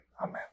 Amen